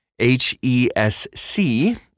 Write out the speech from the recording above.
HESC